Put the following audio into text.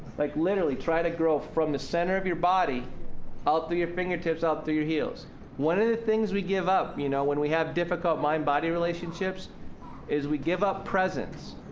like literally try to grow from the center of your body out through your fingertips, out through your heels one of the things we give up, you know, when we have difficult mind-body relationships is we give up presence,